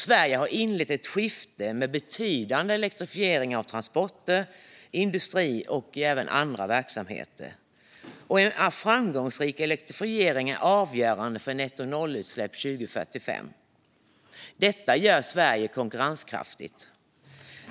Sverige har inlett ett skifte med betydande elektrifiering av transporter, industri och andra verksamheter. En framgångsrik elektrifiering är avgörande för nettonollutsläpp 2045. Detta gör Sverige konkurrenskraftigt.